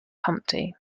humpty